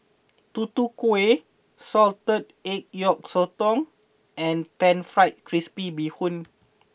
Tutu Kueh Salted Egg Yolk Sotong and Pan Fried Crispy Bee Hoon